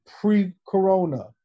pre-corona